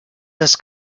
das